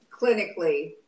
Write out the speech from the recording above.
clinically